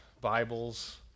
Bibles